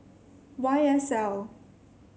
Y S L